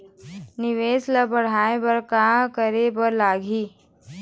निवेश ला बढ़ाय बर का करे बर लगही?